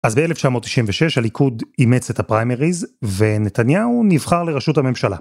אז ב-1996 הליכוד אימץ את הפריימריז ונתניהו נבחר לראשות הממשלה.